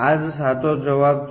આ જ સાચો જવાબ છે